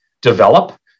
develop